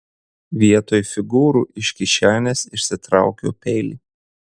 vietoj figūrų iš kišenės išsitraukiau peilį